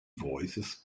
voices